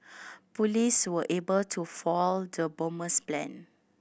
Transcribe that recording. police were able to foil the bomber's plan